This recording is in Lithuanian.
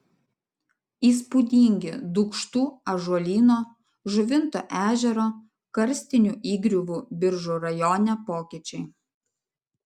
įspūdingi dūkštų ąžuolyno žuvinto ežero karstinių įgriuvų biržų rajone pokyčiai